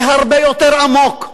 זה הרבה יותר עמוק.